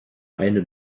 eine